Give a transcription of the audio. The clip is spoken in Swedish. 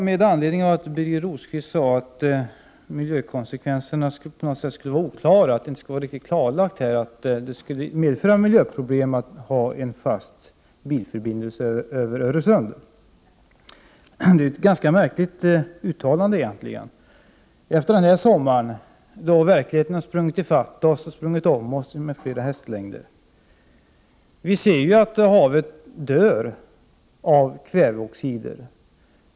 Herr talman! Birger Rosqvist sade att miljökonsekvenserna skulle vara oklara och att det inte skulle vara konstaterat att det skulle medföra miljöproblem att ha en fast bilförbindelse över Öresund. Detta är egentligen ett ganska märkligt uttalande efter den här sommaren, när verkligheten har sprungit ifatt oss och sprungit om oss med flera hästlängder. Vi ser ju att havet dör av kväveoxider.